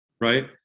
right